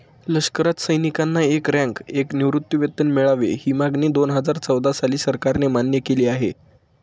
लष्करात सैनिकांना एक रँक, एक निवृत्तीवेतन मिळावे, ही मागणी दोनहजार चौदा साली सरकारने मान्य केली आहे